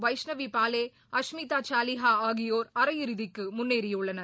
வைஷ்ணவி பாலே அஷ்மிதா சாலிஹா ஆகியோர் அரையிறுதிக்கு முன்னேறியுள்ளனர்